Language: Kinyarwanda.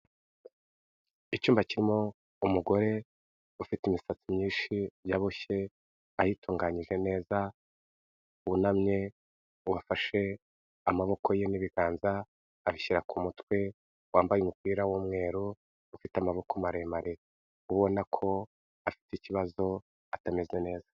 Icyumba kirimo umugore ufite imisatsi myinshi yaboboshye ayitunganyije neza, wunamye, wafashe amaboko ye n'ibiganza abishyira ku mutwe, wambaye umupira w'umweru ufite amaboko maremare. Ubona ko afite ikibazo, atameze neza.